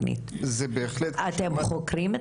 מה בדיוק המתקין ניסה להשיג.